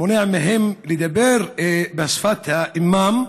הוא מונע מהם לדבר בשפת אימם,